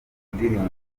indirimbo